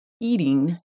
eating